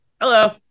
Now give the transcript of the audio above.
Hello